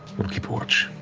we'll keep a watch.